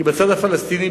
כי בצד הפלסטיני,